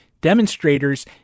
demonstrators